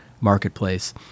marketplace